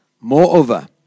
Moreover